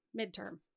midterm